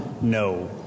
No